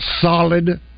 solid